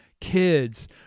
kids